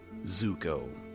Zuko